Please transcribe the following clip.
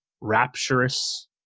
rapturous